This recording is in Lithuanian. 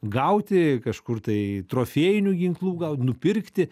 gauti kažkur tai trofėjinių ginklų gal nupirkti